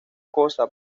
cosa